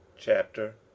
Chapter